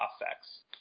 effects